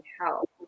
help